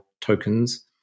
tokens